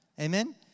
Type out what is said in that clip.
Amen